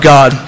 God